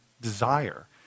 desire